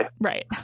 right